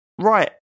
Right